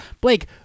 Blake